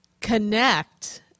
connect